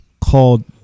called